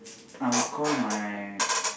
I'll call my